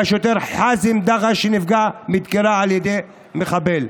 והשוטר ח'זים דרש, שנפגע מדקירה על ידי מחבל.